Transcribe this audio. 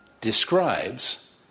describes